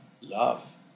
love